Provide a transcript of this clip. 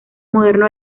modernos